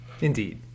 Indeed